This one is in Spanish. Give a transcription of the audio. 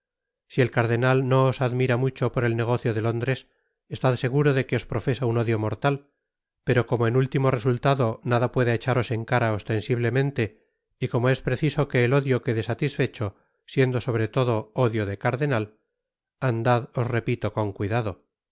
si el cardenal no os admira mucho por el negocio de lóndres estad seguro de que os profesa un ódio mortal pero como en último resultado nada pueda echaros en cara ostensiblemente y como es preciso que el odio quede satisfecho siendo sobre todo odio de cardenal andad os repito con cuidado